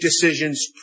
decisions